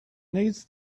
needs